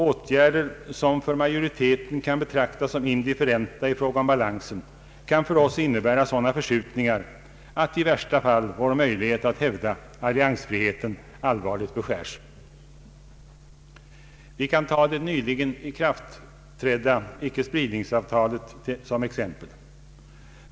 Åtgärder som för majoriteten kan betraktas som indifferenta i fråga om balansen kan för oss innebära sådana förskjutningar att i värsta fall vår möjlighet att hävda alliansfriheten allvarligt beskäres. Vi kan ta det nyligen ikraftträdda icke-spridningsavtalet som «exempel.